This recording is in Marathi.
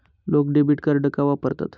लोक डेबिट कार्ड का वापरतात?